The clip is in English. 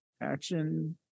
action